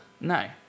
No